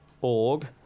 org